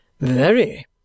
Very